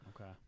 Okay